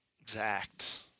Exact